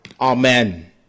amen